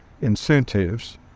incentives